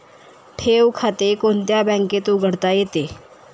ठेव खाते कोणत्या बँकेत उघडता येते?